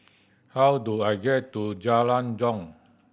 how do I get to Jalan Jong